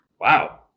Wow